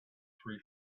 three